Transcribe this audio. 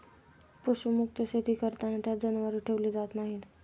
पशुमुक्त शेती करताना त्यात जनावरे ठेवली जात नाहीत